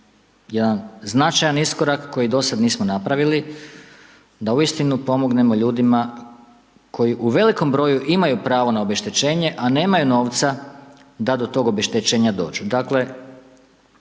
jedan značajan iskorak koji do sada nismo napravili, da uistinu pomognemo ljudima koji u velikom broju imaju pravo na obeštećenje a nemaju novca da do tog obeštećenja dođu.